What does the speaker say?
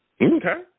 Okay